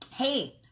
Hey